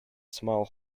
small